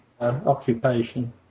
occupation